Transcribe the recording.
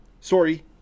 Sorry